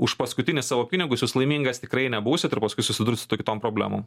už paskutinius savo pinigus jūs laimingas tikrai nebūsit ir paskui susidursit su kitom problemom